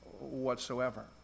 whatsoever